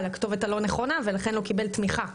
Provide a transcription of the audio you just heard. לדעתי, לכתובת הלא נכונה, ולכן לא קיבל תמיכה.